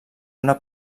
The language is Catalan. una